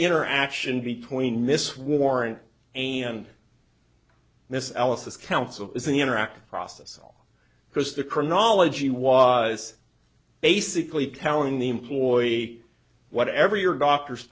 interaction between miss warrant and miss alice is counsel is the interactive process all because the chronology was basically telling the employee whatever your doctor